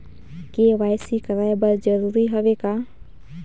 KYC कराय बर जरूरी हवे का?